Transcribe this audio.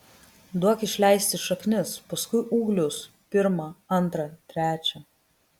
duok išleisti šaknis paskui ūglius pirmą antrą trečią